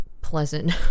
pleasant